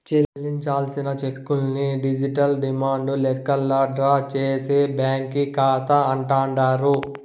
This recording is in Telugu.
చెల్లించాల్సిన చెక్కుల్ని డిజిటల్ డిమాండు లెక్కల్లా డ్రా చేసే బ్యాంకీ కాతా అంటాండారు